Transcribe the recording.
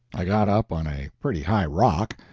i got up on a pretty high rock,